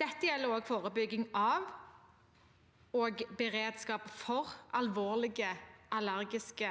Dette gjelder også forebygging av og beredskap for alvorlige allergiske